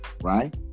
right